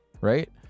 Right